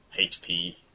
HP